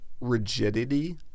rigidity